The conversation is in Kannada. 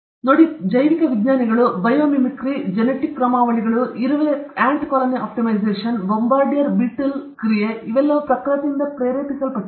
ಪ್ರಕೃತಿ ನೋಡಿ ಇದು ಜೈವಿಕ ವಿಜ್ಞಾನಿಗಳು ಬಯೋಮಿಮಿಕ್ರಿ ಜೆನೆಟಿಕ್ ಕ್ರಮಾವಳಿಗಳು ಇರುವೆ ಕಾಲೊನೀ ಆಪ್ಟಿಮೈಜೇಷನ್ ಬೊಂಬಾರ್ಡಿಯರ್ ಜೀರುಂಡೆ ಕ್ರಿಯೆ ಇವೆಲ್ಲವೂ ಪ್ರಕೃತಿಯಿಂದ ಪ್ರೇರೇಪಿಸಲ್ಪಟ್ಟಿದೆ